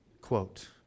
quote